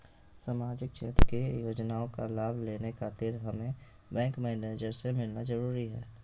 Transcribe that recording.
सामाजिक क्षेत्र की योजनाओं का लाभ लेने खातिर हमें बैंक मैनेजर से मिलना जरूरी है?